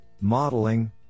Modeling